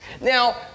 Now